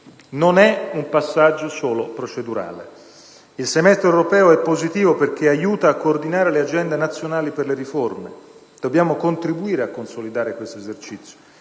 Non è un passaggio solo procedurale: il semestre europeo è positivo perché aiuta a coordinare le agende nazionali per le riforme. Dobbiamo contribuire a consolidare questo esercizio.